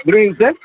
good evening sir